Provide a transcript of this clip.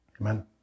Amen